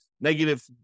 negative